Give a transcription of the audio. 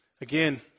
Again